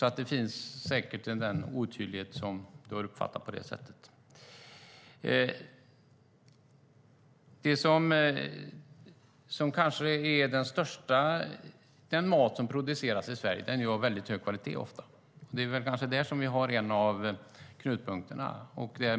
Där finns säkert den otydlighet som Anders Forsberg uppfattat. Den mat som produceras i Sverige är ofta av mycket hög kvalitet. Det är kanske där vi har en av knutpunkterna.